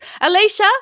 Alicia